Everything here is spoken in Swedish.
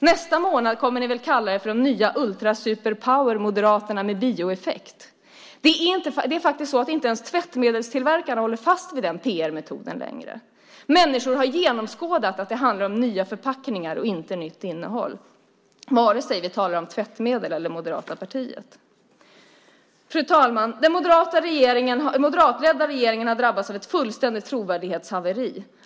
Nästa månad kommer ni väl att kalla er för de nya ultra-super-power-moderaterna med bioeffekt! Det är faktiskt så att inte ens tvättmedelstillverkarna håller fast vid den PR-metoden längre. Människor har genomskådat att det handlar om nya förpackningar och inte nytt innehåll - vare sig vi talar om tvättmedel eller det moderata partiet. Fru talman! Den moderatledda regeringen har drabbats av ett fullständigt trovärdighetshaveri.